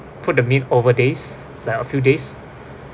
put the meat over days like a few days